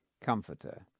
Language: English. Comforter